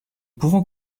pouvant